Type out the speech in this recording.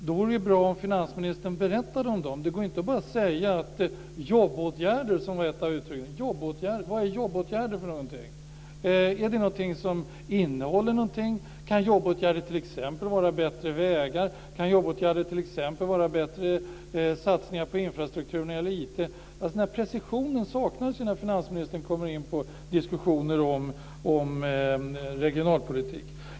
Då vore det bra om finansministern berättade om dem. Det går inte att bara nämna jobbåtgärder, som var ett av uttrycken. Jobbåtgärder - vad är det för någonting? Är det något som innehåller någonting? Kan jobbåtgärder t.ex. vara bättre vägar? Kan jobbåtgärder t.ex. vara bättre satsningar på infrastruktur när det gäller IT? Precisionen saknas när finansministern kommer in på diskussioner om regionalpolitik.